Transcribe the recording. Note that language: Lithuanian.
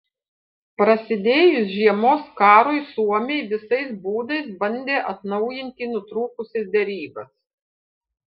prasidėjus žiemos karui suomiai visais būdais bandė atnaujinti nutrūkusias derybas